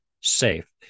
safe